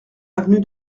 avenue